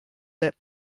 that